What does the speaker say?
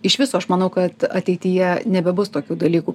iš viso aš manau kad ateityje nebebus tokių dalykų